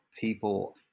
people